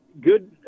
good